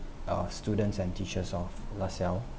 uh students and teachers of